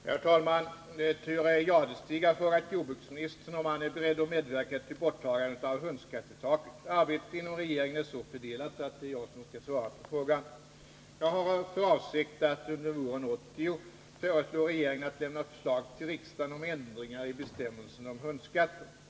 Herr talman! Thure Jadestig har frågat jordbruksministern om han är beredd att medverka till borttagande av hundskattetaket. Arbetet inom regeringen är så fördelat att det är jag som skall svara på frågan. Jag har för avsikt att under våren 1980 föreslå regeringen att lämna förslag till riksdagen om ändringar i bestämmelserna om hundskatten.